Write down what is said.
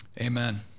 Amen